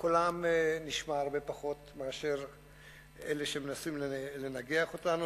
קולם נשמע הרבה פחות מאשר אלה שמנסים לנגח אותנו.